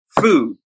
food